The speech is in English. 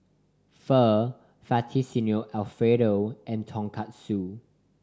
Pho Fettuccine Alfredo and Tonkatsu